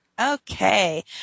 Okay